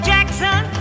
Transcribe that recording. Jackson